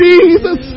Jesus